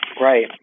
Right